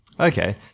Okay